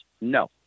No